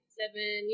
seven